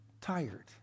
tired